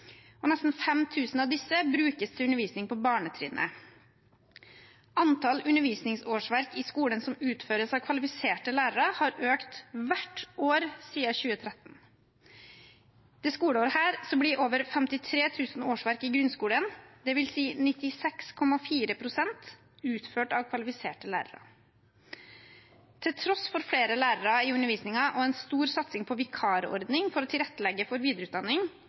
Nesten 5 000 av disse brukes til undervisning på barnetrinnet. Antall undervisningsårsverk i skolen som utføres av kvalifiserte lærere, har økt hvert år siden 2013. I dette skoleåret blir over 53 000 årsverk i grunnskolen, det vil si 96,4 pst., utført av kvalifiserte lærere. Til tross for flere lærere i undervisningen og en stor satsing på vikarordning for å tilrettelegge for videreutdanning